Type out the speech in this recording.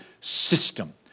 system